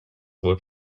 web